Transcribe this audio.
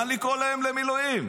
נא לקרוא להם למילואים,